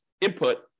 input